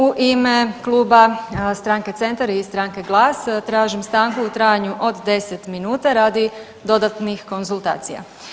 U ime Kluba stranke Centar i stranke Glas tražim stanku u trajanju od 10 minuta radi dodatnih konzultacija.